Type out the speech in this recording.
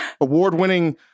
Award-winning